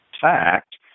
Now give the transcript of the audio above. fact